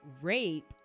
rape